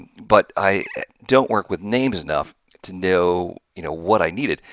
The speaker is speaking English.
but i don't work with names enough to know you know what i needed,